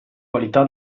qualità